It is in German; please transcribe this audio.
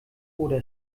oder